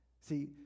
See